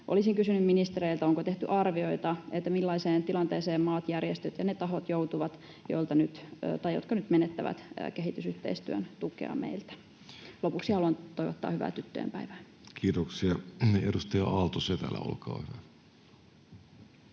Olisin kysynyt ministereiltä: onko tehty arvioita, millaiseen tilanteeseen joutuvat maat, järjestöt ja ne tahot, jotka nyt menettävät kehitysyhteistyön tukea meiltä? Lopuksi haluan toivottaa hyvää tyttöjen päivää. Kiitoksia. — Edustaja Aalto-Setälä, olkaa hyvä.